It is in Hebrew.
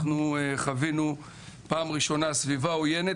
אנחנו חווינו פעם ראשונה סביבה עוינת.